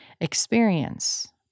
experience